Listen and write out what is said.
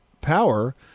power